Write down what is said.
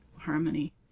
harmony